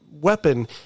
weapon